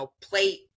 plate